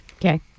Okay